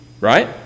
Right